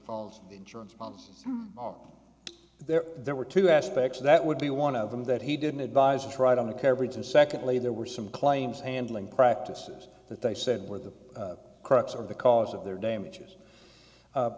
falls insurance there there were two aspects that would be one of them that he didn't advise or tried on the coverage and secondly there were some claims handling practices that they said were the crux of the cause of their damages